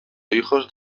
hijos